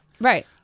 Right